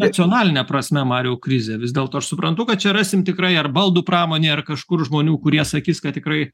nacionaline prasme mariau krizė vis dėlto aš suprantu kad čia rasim tikrai ar baldų pramonė ar kažkur žmonių kurie sakys kad tikrai